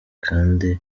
kandi